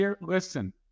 Listen